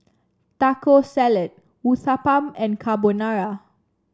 Taco Salad Uthapam and Carbonara